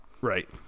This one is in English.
Right